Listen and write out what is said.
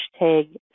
hashtag